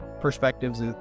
perspectives